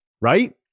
right